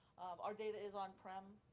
our data is on-prem,